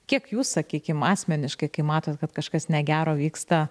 kiek jūs sakykim asmeniškai kai matot kad kažkas negero vyksta